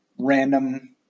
random